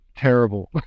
terrible